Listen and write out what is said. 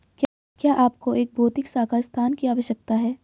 क्या आपको एक भौतिक शाखा स्थान की आवश्यकता है?